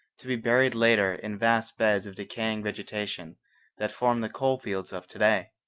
to be buried later in vast beds of decaying vegetation that form the coal-fields of to-day.